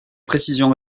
précision